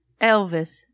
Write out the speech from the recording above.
Elvis